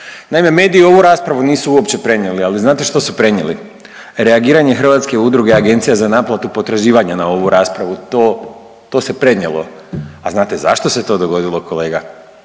Naime, mediji ovu raspravu nisu uopće prenijeli, ali znate što su prenijeli? Reagiranje Hrvatske udruge agencija za naplatu potraživanja na ovu raspravu, to se prenijelo. A znate zašto se to dogodilo kolega?